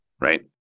right